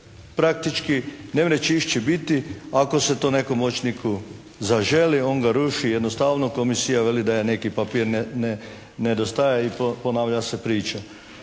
praktički ne može čišći biti ako se to nekom moćniku zaželi on ga ruši, jednostavno komisija veli da je neki papir nedostaje i ponavlja se priča.